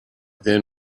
then